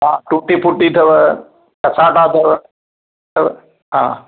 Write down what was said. हा tutti frutti अथव cassata अथव हा हा